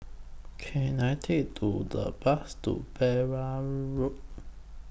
Can I Take to The Bus to Pereira Road